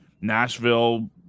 Nashville